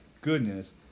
goodness